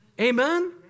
Amen